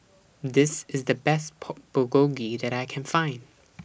This IS The Best Pork Bulgogi that I Can Find